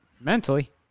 mentally